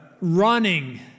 running